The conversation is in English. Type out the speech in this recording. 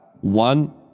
one